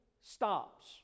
stops